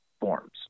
forms